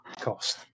cost